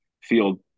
field